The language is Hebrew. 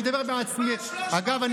תקבע עד 300,000. אגב,